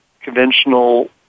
conventional